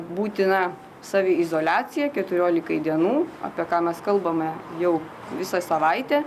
būtina saviizoliacija keturiolikai dienų apie ką mes kalbame jau visą savaitę